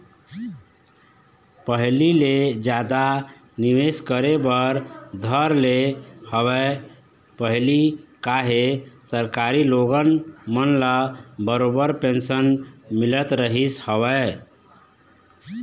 पहिली ले जादा निवेश करे बर धर ले हवय पहिली काहे सरकारी लोगन मन ल बरोबर पेंशन मिलत रहिस हवय